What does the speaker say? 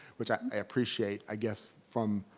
which i appreciate i guess, from.